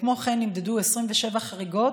כמו כן, נמדדו 27 חריגות